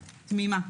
תמימה,